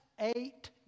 eight